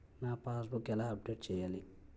నా pass book ఎలా update చేయాలి?